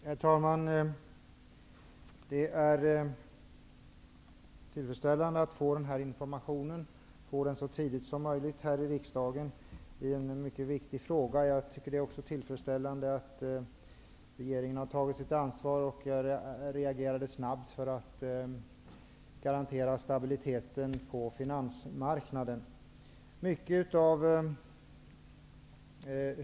Herr talman! Det är tillfredsställande att få information så tidigt som möjligt här i riksdagen i denna mycket viktiga fråga. Det är också tillfredsställande att regeringen har tagit sitt ansvar och reagerade snabbt för att garantera stabiliteten på finansmarknaden.